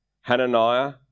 hananiah